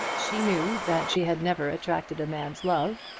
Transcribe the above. she knew that she had never attracted a man's love,